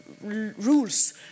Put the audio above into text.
rules